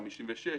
ב-56',